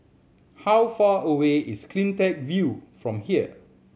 how far away is Cleantech View from here